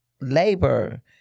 labor